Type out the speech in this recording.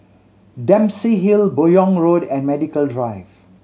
Dempsey Hill Buyong Road and Medical Drive